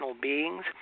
beings